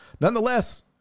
Nonetheless